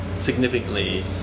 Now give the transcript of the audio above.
significantly